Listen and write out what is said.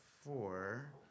four